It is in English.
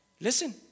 Listen